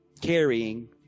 carrying